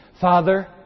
Father